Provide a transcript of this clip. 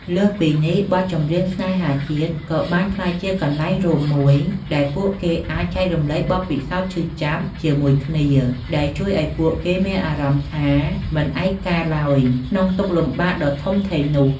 លើសពីនេះ បទចម្រៀងស្នេហាជាតិក៏បានក្លាយជា កន្លែងរួមមួយ ដែលពួកគេអាច ចែករំលែកបទពិសោធន៍ឈឺចាប់ ជាមួយគ្នា ដែលជួយឲ្យពួកគេមានអារម្មណ៍ថា មិនឯកាឡើយក្នុងទុក្ខលំបាកដ៏ធំធេងនោះ។